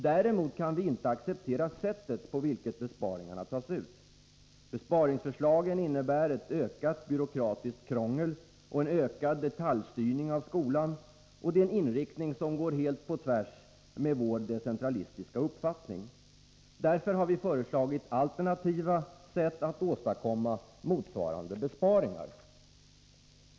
Däremot kan vi inte acceptera sättet på vilket besparingarna tas ut. Besparingsförslagen innebär ett ökat byråkratiskt krångel och en ökad detaljstyrning av skolan, och det är en inriktning som går tvärtemot vår decentralistiska uppfattning. Därför har vi föreslagit alternativa sätt att åstadkomma motsvarande besparingar.